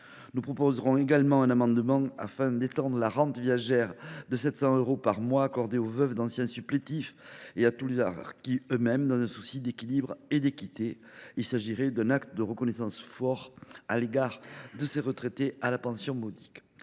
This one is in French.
Nous proposerons également un amendement visant à étendre la rente viagère de 700 euros par mois accordée aux veuves d’anciens supplétifs à tous les harkis eux mêmes, dans un souci d’équité et d’équilibre. Il s’agirait d’un acte de reconnaissance fort à l’égard de ces retraités à la pension modique.